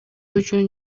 үчүн